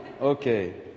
Okay